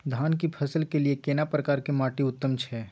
धान की फसल के लिये केना प्रकार के माटी उत्तम छै?